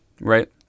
Right